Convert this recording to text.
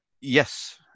Yes